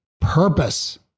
purpose